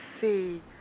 see